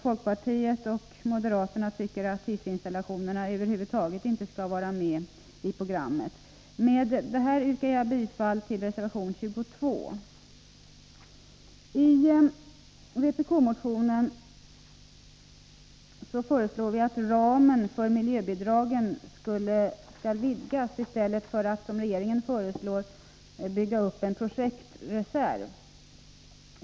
Folkpartiet och moderaterna tycker att hissinstallationerna över huvud taget inte skall vara med i programmet. Med detta yrkar jag bifall till reservation 22. I vpk-motionen föreslår vi att ramen för miljöbidragen skall vidgas i stället för att, som regeringen föreslår, en projektreserv byggs upp.